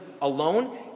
alone